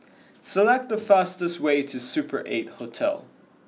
select the fastest way to Super Eight Hotel